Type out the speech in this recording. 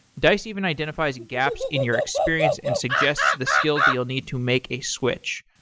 dice even identifies gaps in your experience and suggests the skills that you'll need to make a switch.